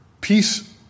peace